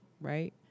right